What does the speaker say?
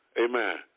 Amen